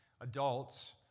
adults